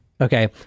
Okay